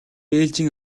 ээлжийн